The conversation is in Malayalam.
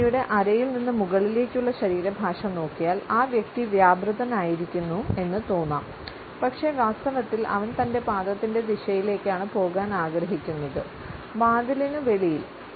ഈ വ്യക്തിയുടെ അരയിൽ നിന്ന് മുകളിലേക്കുള്ള ശരീരഭാഷ നോക്കിയാൽ ആ വ്യക്തി വ്യാപൃതനായിരിക്കുന്നു എന്ന് തോന്നാം പക്ഷേ വാസ്തവത്തിൽ അവൻ തന്റെ പാദത്തിന്റെ ദിശയിലേക്കാണ് പോകാൻ ആഗ്രഹിക്കുന്നത് വാതിലിനു വെളിയിൽ